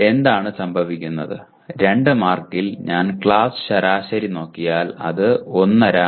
അപ്പോൾ എന്താണ് സംഭവിക്കുന്നത് 2 മാർക്കിൽ ഞാൻ ക്ലാസ് ശരാശരി നോക്കിയാൽ അത് 1